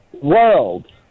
world